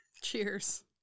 Cheers